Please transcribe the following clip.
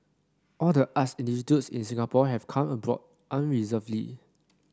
all the arts institutes in Singapore have come aboard unreservedly